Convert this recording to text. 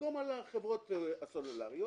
במקום על חברות הסלולר,